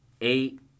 eight